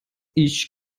ich